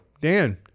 Dan